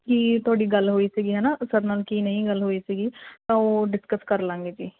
ਕੀ ਤੁਹਾਡੀ ਗੱਲ ਹੋਈ ਸੀ ਹੈ ਨਾ ਸਰ ਨਾਲ ਕੀ ਨਹੀਂ ਗੱਲ ਹੋਈ ਸੀਗੀ ਤਾਂ ਉਹ ਡਿਸਕਸ ਕਰ ਲਾਂਗੇ ਜੀ